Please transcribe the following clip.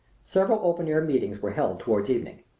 several open-air meetings were held toward evening.